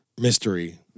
mystery